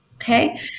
Okay